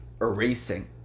erasing